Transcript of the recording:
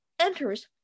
enters